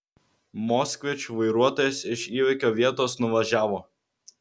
moskvič vairuotojas iš įvykio vietos nuvažiavo